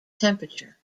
temperature